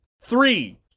Three